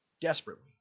Desperately